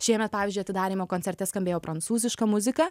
šiemet pavyzdžiui atidarymo koncerte skambėjo prancūziška muzika